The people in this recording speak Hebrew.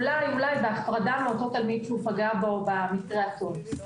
אולי בהפרדה מאותו תלמיד שפגע בו, במקרה הטוב.